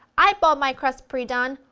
i bought my crust pre-done,